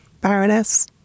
Baroness